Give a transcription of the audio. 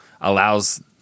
allows